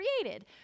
created